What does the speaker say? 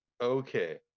Okay